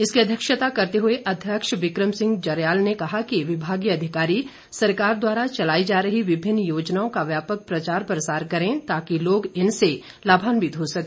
इसकी अध्यक्षता करते हुए अध्यक्ष बिक्रम सिंह जरयाल ने कहा कि विभागीय अधिकारी सरकार द्वारा चलाई जा रही विभिन्न योजनाओं का व्यापक प्रचार प्रसार करें ताकि लोग इनसे लाभान्वित हो सके